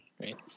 right